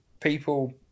people